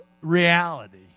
reality